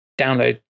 download